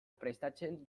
presatzen